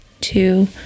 two